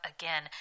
again